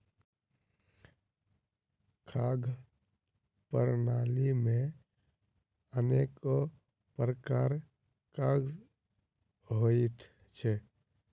खाद्य प्रणाली मे अनेको प्रकारक काज होइत छै